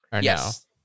Yes